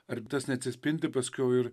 ar tas neatsispindi paskiau ir